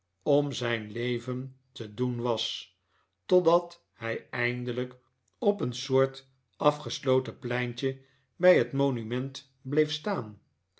om zijn leven te doen was totdat hij eindelijk op een soort afgesloten pleintje bij het monument bleef staan